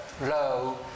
low